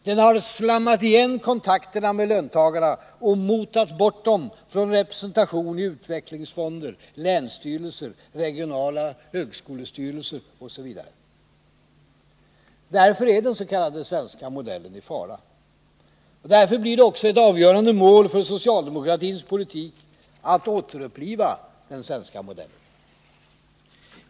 Den har slammat igen kontakterna med löntagarna och motat bort dem från representation i utvecklingsfonder, länsstyrelser, regionala högskolestyrelser etc. Därför är den s.k. svenska modellen i fara. Därför blir det också ett avgörande mål för socialdemokratins politik att återupprätta den svenska modellen.